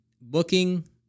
booking